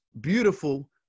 beautiful